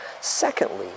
Secondly